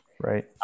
right